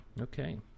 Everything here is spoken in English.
Okay